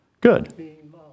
Good